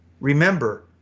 Remember